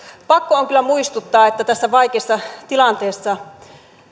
pakko on kyllä muistuttaa että tässä vaikeassa tilanteessa